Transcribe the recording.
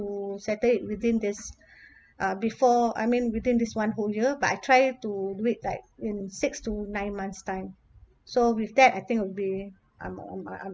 to settle it within this uh before I mean within this one whole year but I try do it like in six to nine months time so with that I think would be I'm on I'm